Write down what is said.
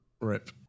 Rip